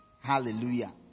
hallelujah